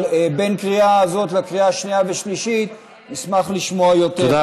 אבל בין הקריאה הזו לקריאה השנייה והשלישית נשמח לשמוע יותר.